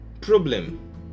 problem